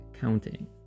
counting